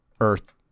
earth